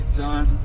done